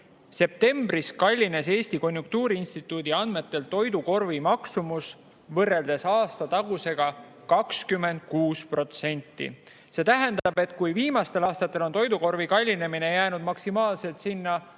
Septembris kallines Eesti Konjunktuuriinstituudi andmetel toidukorvi maksumus võrreldes aastatagusega 26%. See tähendab, et kui viimastel aastatel on toidukorvi kallinemine jäänud maksimaalselt kahe